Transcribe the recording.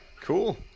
Cool